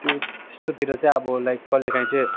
त्यो त्यस्तोतिर चाहिँ अब लाइक कहिलेकाहीँ चाहिँ